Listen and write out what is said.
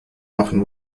machen